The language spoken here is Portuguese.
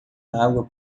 água